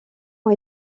ont